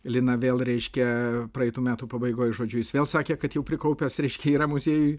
liną vėl reiškia praeitų metų pabaigoj žodžiu jis vėl sakė kad jau prikaupęs reiškia yra muziejuj